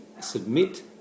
submit